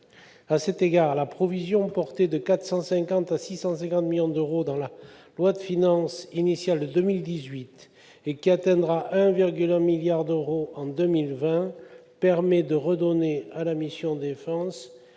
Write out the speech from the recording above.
À cet égard, la provision, portée de 450 millions à 650 millions d'euros dans la loi de finances initiale pour 2018, et qui atteindra 1,1 milliard d'euros en 2020, permet de redonner à la mission « Défense